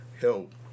help